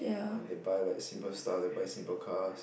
and they buy like simple stuff and buy simple car